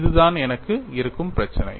இதுதான் எனக்கு இருக்கும் பிரச்சினை